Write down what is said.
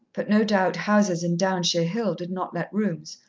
but no doubt houses in downshire hill did not let rooms,